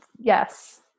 yes